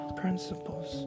principles